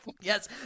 Yes